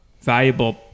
valuable